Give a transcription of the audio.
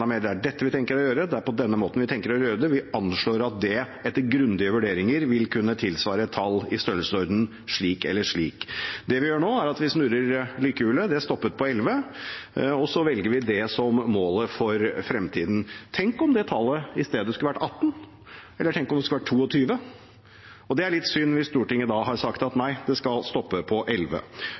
Det er dette vi tenker å gjøre, det er på denne måten vi tenker å gjøre det, vi anslår at det etter grundige vurderinger vil kunne tilsvare et tall i størrelsesordenen slik eller slik. Det vi gjør nå, er at vi snurrer lykkehjulet, det stopper på 11, og så velger vi det som målet for fremtiden. Tenk om det tallet i stedet hadde vært 18, eller tenk om det hadde vært 22? Det er litt synd hvis Stortinget da har sagt: Nei, det skal stoppe på